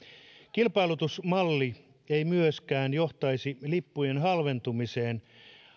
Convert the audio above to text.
kilpailutusmalli ei myöskään johtaisi lippujen halventumiseen